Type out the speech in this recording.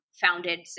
founded